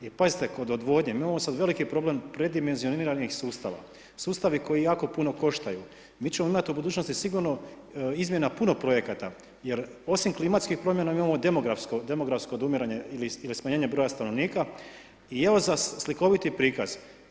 I pazite kod odvodnje mi imamo sada veliki problem predimenzioniranih sustava, sustavi koji jako puno koštaju, mi ćemo imati u budućnosti sigurno izmjena puno projekata jer osim klimatskih promjena mi imamo demografsko, demografsko odumiranje ili smanjenje broja stanovnika i evo slikoviti prikaz.